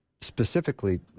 specifically